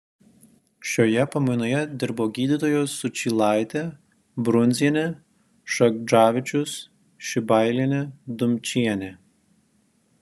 šioje pamainoje dirbo gydytojos sučylaitė brunzienė šagždavičius šibailienė dumčienė